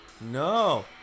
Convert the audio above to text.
no